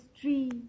tree